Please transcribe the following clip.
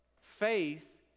Faith